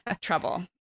trouble